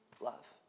love